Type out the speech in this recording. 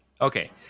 Okay